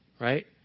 Right